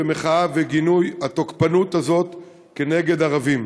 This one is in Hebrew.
מחאה וגינוי התוקפנות הזאת כנגד ערבים.